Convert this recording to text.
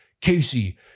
Casey